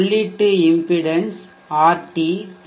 உள்ளீட்டு இம்பிடென்ஸ்மின்மறுப்பு ஆர்டிபி